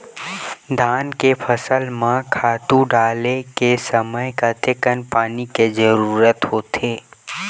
धान के फसल म खातु डाले के समय कतेकन पानी के जरूरत होथे?